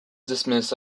dismissed